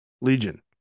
legion